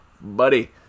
buddy